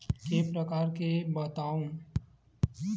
के प्रकार बतावव?